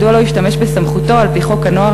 מדוע לא השתמש בסמכותו על-פי חוק הנוער